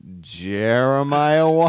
Jeremiah